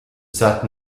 sat